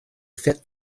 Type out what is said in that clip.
fit